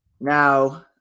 Now